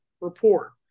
report